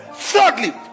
Thirdly